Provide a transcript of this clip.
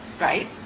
right